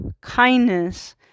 kindness